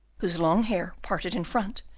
whose long hair, parted in front,